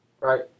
right